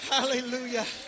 Hallelujah